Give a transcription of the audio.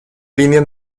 línea